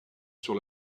sur